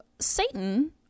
Satan